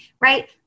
Right